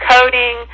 coding